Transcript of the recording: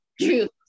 true